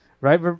right